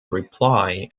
reply